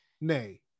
nay